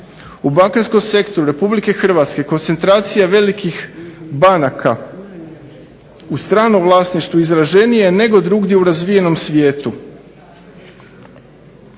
U bankarskom sektoru RH koncentracija velikih banaka u stranom vlasništvu izraženija je nego drugdje u razvijenom svijetu.